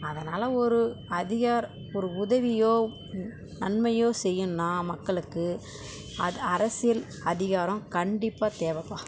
அதனால் ஒரு அதிகார ஒரு உதவியோ நன்மையோ செய்யணும்னா மக்களுக்கு அது அரசியல் அதிகாரம் கண்டிப்பாக தேவைப்பா